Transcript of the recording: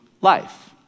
life